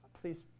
please